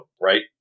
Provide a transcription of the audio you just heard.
right